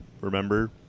remember